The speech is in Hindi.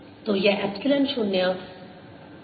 तो यह एप्सिलॉन 0 t 0 वर्ग का एक चौथाई हो जाता है